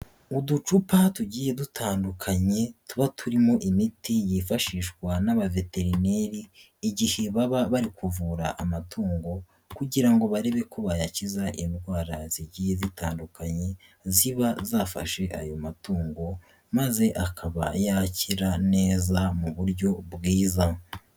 Uducupa tugiye dutandukanye tuba turimo imiti yifashishwa n'abaveterineri, igihe baba bari kuvura amatungo kugira ngo barebe ko bayakiza indwara zigiye zitandukanye ziba zafashe ayo matungo maze akaba yakira neza mu buryo bwiza.